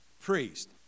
priest